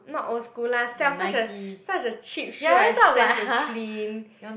not old school lah siao such a such a cheap shoe I send to clean